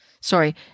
sorry